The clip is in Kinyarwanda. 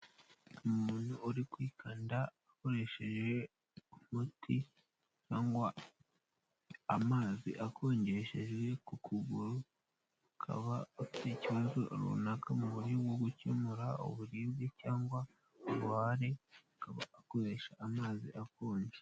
Umuntu uri kwikanda akoresheje umuti cyangwa amazi akonjesheje ku kuguru, akaba afite ikibazo runaka mu buryo bwo gukemura uburibwe cyangwa ububabare, akaba akoresha amazi akonje.